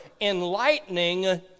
enlightening